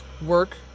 work